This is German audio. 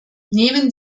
nehmen